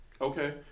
okay